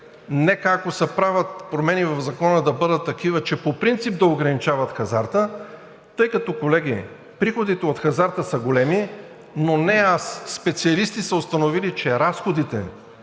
нека, ако се правят промени в Закона, да бъдат такива, че по принцип да ограничават хазарта. Тъй като, колеги, приходите от хазарта са големи, но не аз, специалисти са установили, че разходите